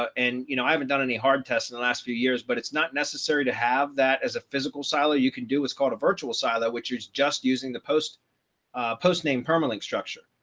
and you know, i haven't done any hard tests in the last few years. but it's not necessary to have that as a physical silo, you can do what's called a virtual silo, which is just using the post post name perma link structure.